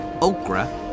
okra